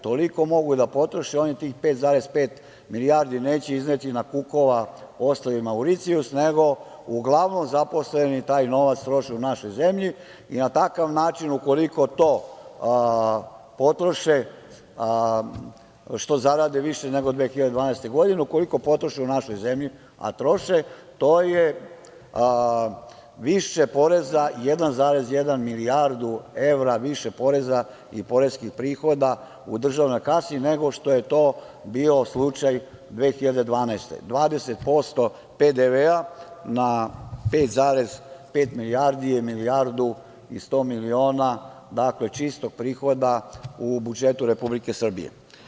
Toliko mogu da potroše, oni tih 5,5 milijardi neće izneti na Kukova ostrva i Mauricijus, nego uglavnom zaposleni taj novac troše u našoj zemlji i na takav način, ukoliko to potroše, što zarade više nego 2012. godine, ukoliko potroše u našoj zemlji, a troše, to je više poreza 1,1 milijardu evra više poreza i poreskih prihoda u državnoj kasi nego što je to bio slučaj 2012. godine, a 12% PDV na 5,5 je milijardu i 100 miliona čistog prihoda u budžetu Republike Srbije.